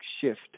shift